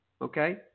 okay